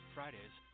Fridays